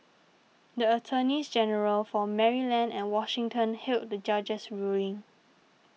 the attorneys general for Maryland and Washington hailed the judge's ruling